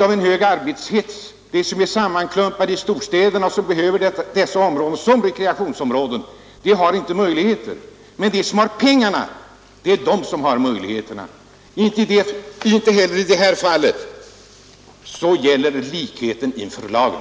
av en hög arbetshets, de som är sammanklumpade i storstäderna och som behöver utnyttja rekreationsområdena, de har inte möjligheter att göra detta. Inte heller i detta fall gäller som sagt likheten inför lagen.